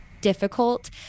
difficult